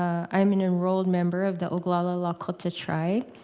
ah i'm an enrolled member of the ogallala lakota tribe,